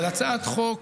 רק לך מותר?